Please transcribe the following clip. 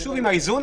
שוב עם האיזון.